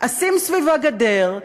אשים סביבה גדר,